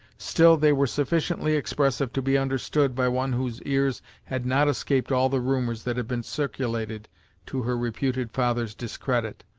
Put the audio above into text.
still they were sufficiently expressive to be understood by one whose ears had not escaped all the rumours that had been circulated to her reputed father's discredit,